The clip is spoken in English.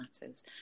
matters